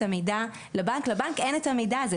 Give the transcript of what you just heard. המידע לבנק - לבנק אין את המידע הזה.